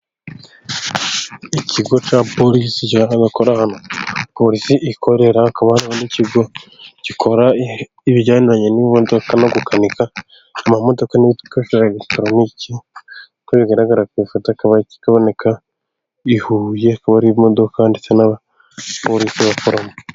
Ikigo cya porisi kigira abakora, porisi ikorera akaba n'ikigo gikora ibigendanye n'imodoka no gukanika, amamodoka n niitwajetaro ni iki ko bigaragara ku ifataba kikaboneka i huye, kuba ari imodoka ndetse n'abaporisi bakoreramo.